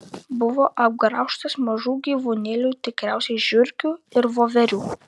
buvo apgraužtas mažų gyvūnėlių tikriausiai žiurkių ir voverių